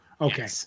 Okay